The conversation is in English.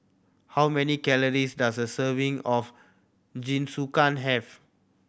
how many calories does a serving of Jinsukan have